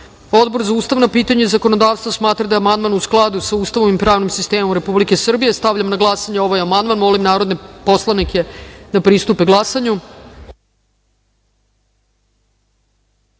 za ustavna pitanja i zakonodavstvo smatra da je amandman u skladu sa Ustavom i pravnim sistemom Republike Srbije. Stavljam na glasanje ovaj amandman. Molim narodne poslanike da pritisnu